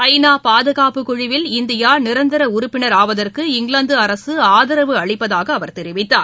ஐநா பாதுகாப்பு குழுவில் இந்தியா நிரந்தர உறுப்பினர் ஆவதற்கு இங்கிலாந்து அரசு ஆதரவு அளிப்பதாக அவர் தெரிவித்தார்